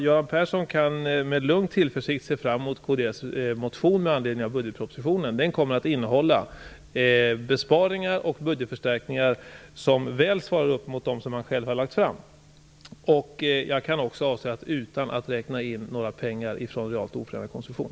Göran Persson kan med lugn tillförsikt se fram mot kds motion med anledning av budgetpropositionen. Den kommer att innehålla besparingar och budgetförstärkningar som väl svarar upp mot de förslag som han själv har lagt fram, och detta - det kan jag avslöja nu - utan att räkna in några pengar från realt oförändrad konsumtion.